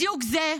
בדיוק זה,